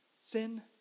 sin